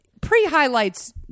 Pre-highlights